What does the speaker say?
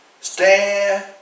stand